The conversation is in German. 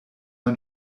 ein